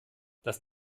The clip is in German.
das